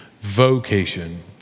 vocation